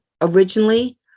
Originally